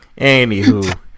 anywho